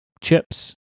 chips